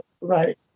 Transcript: right